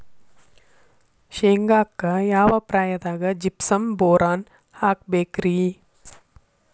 ಶೇಂಗಾಕ್ಕ ಯಾವ ಪ್ರಾಯದಾಗ ಜಿಪ್ಸಂ ಬೋರಾನ್ ಹಾಕಬೇಕ ರಿ?